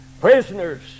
Prisoners